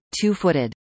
two-footed